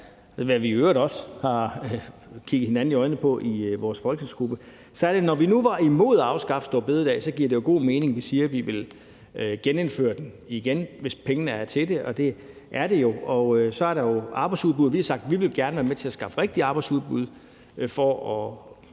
har vi i øvrigt også kigget hinanden i øjnene i vores folketingsgruppe, var det sådan, at når nu vi var imod at afskaffe store bededag, gav det jo god mening at vi sige, at vi ville genindføre den, hvis pengene var til det, og det er de jo. Og så er der det med arbejdsudbuddet, hvor vi har sagt, at vi gerne vil være med til at skaffe et rigtigt arbejdsudbud for at